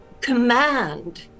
command